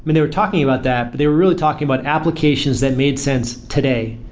and they were talking about that, but they were really talking about applications that made sense today.